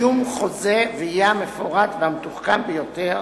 שום חוזה, ויהיה המפורט והמתוחכם ביותר,